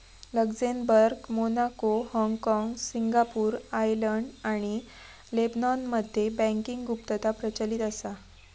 Luxembourg, Monaco, हाँगकाँग, Singapore, Ireland आणि लेबनॉनमध्ये बँकिंग गुप्तता प्रचलित असा